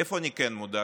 איפה אני כן מודאג?